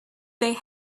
they